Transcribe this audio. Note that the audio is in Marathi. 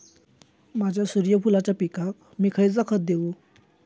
माझ्या सूर्यफुलाच्या पिकाक मी खयला खत देवू?